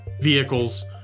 vehicles